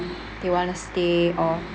they want to stay or